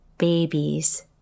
Babies